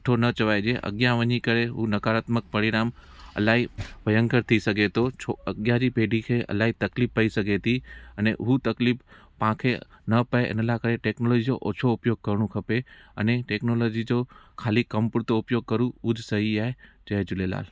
सुठो न चवाइजे अॻिया वञी करे ऊ नकारात्मक परिणाम इलाही भयंकर थी सघे थो छो अॻिया जी पीढ़ी खे इलाही तकलीफ़ पई सघे थी अने उअ तकलीफ़ पांखे न पए इन लाइ टेक्नोलॉजी जो उपयोगु करणु खपे अने टेक्नोलॉजी जो ख़ाली कम पर थो उपयोगु करू उअ सही आहे जय झूलेलाल